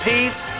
Peace